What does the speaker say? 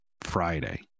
Friday